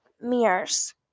mirrors